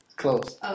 Close